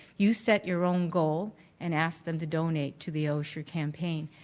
you set your own goal and ask them to donate to the osher campaign.